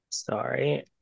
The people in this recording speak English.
sorry